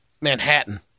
Manhattan